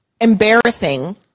Embarrassing